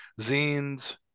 zines